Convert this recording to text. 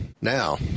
now